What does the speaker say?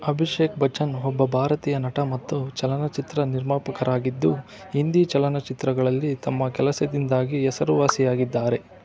ಅಭಿಷೇಕ್ ಬಚ್ಚನ್ ಒಬ್ಬ ಭಾರತೀಯ ನಟ ಮತ್ತು ಚಲನಚಿತ್ರ ನಿರ್ಮಾಪಕರಾಗಿದ್ದು ಹಿಂದಿ ಚಲನಚಿತ್ರಗಳಲ್ಲಿ ತಮ್ಮ ಕೆಲಸದಿಂದಾಗಿ ಹೆಸರುವಾಸಿಯಾಗಿದ್ದಾರೆ